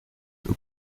who